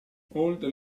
oltre